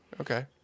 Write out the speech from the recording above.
Okay